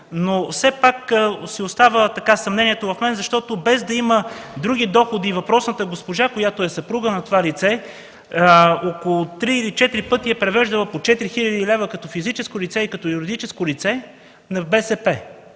Все пак си остава съмнението в мен, защото, без да има други доходи, въпросната госпожа, която е съпруга на това лице, около 3 или 4 пъти е превеждала по 4 хиляди лева като физическо лице и като юридическо лице за